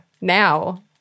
now